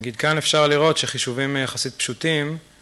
נגיד כאן אפשר לראות שחישובים יחסית פשוטים